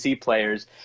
players